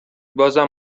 بازم